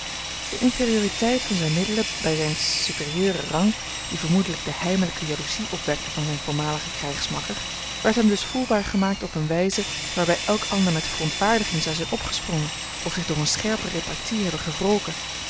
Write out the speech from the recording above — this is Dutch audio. de inferioriteit van zijn middelen bij zijne superieuren rang die vermoedelijk de heimelijke jaloezie opwekte van zijn voormaligen krijgsmakker werd hem dus voelbaar gemaakt op eene wijze waarbij elk ander met verontwaardiging zou zijn opgesprongen of zich door een scherpe repartie hebben gewroken